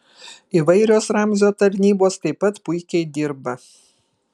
įvairios ramzio tarnybos taip pat puikiai dirba